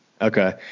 Okay